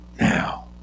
now